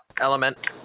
element